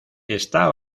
esta